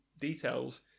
details